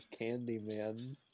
Candyman